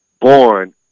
born